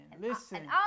Listen